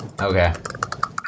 Okay